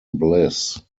bliss